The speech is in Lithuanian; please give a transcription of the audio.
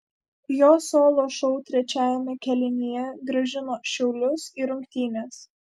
jo solo šou trečiajame kėlinyje grąžino šiaulius į rungtynes